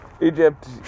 Egypt